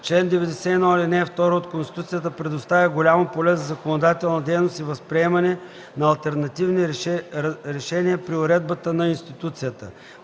чл. 91, ал. 2 от Конституцията предоставя голямо поле за законодателна дейност и възприемане на алтернативни разрешения при уредбата на институцията.